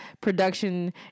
production